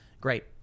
Great